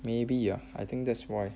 maybe ah I think that's why